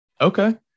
Okay